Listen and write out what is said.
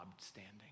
standing